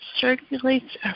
circulates